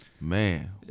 man